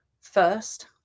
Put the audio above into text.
first